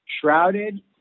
shrouded